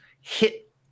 hit